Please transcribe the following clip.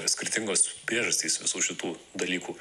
skirtingos priežastys visų šitų dalykų